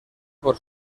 por